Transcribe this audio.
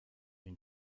une